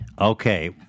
Okay